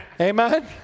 Amen